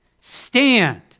Stand